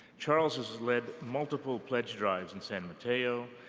charles has has led multiple pledge drives in san mateo.